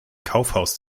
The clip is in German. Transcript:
kaufhaus